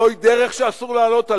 זוהי דרך שאסור לעלות עליה.